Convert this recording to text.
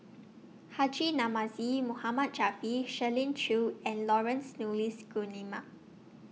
Haji Namazie Mohammad Javad Shirley Chew and Laurence Nunns Guillemard